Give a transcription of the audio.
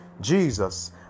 Jesus